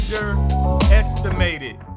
underestimated